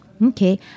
Okay